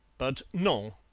but non!